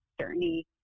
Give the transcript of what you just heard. journey